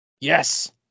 Yes